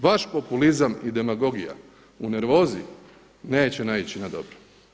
Vaš populizam i demagogija u nervozi neće naići na dobro.